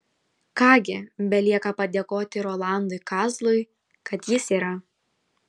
ką gi belieka padėkoti rolandui kazlui kad jis yra